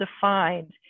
defined